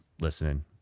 listening